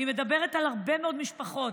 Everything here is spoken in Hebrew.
אני מדברת על הרבה מאוד משפחות